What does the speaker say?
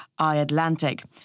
iAtlantic